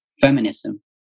feminism